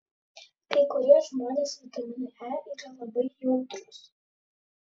kai kurie žmonės vitaminui e yra labai jautrūs